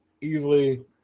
easily